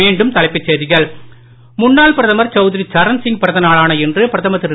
மீண்டும்தலைப்புச்செய்திகள் முன்னாள்பிரதமர்சௌத்திரிசரண்சிங்பிறந்தநாளானஇன்று பிரதமர்திரு